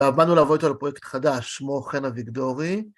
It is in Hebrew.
באנו לבוא איתו לפרויקט חדש, מורחן אביגדורי.